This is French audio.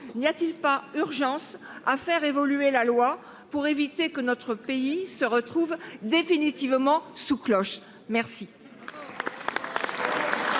N’y a t il pas urgence à faire évoluer la loi pour éviter que notre pays ne se retrouve définitivement sous cloche ? La